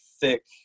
thick